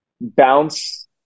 bounce